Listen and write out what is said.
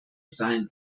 sein